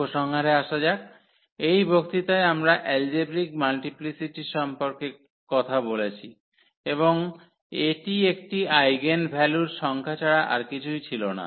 উপসংহারে আসা যাক এই বক্তৃতায় আমরা এলজেব্রিক মাল্টিপ্লিসিটির সম্পর্কে কথা বলেছি এবং এটি একটি আইগেনভ্যালুর সংখ্যা ছাড়া আর কিছুই ছিল না